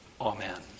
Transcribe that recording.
Amen